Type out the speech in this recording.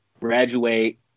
graduate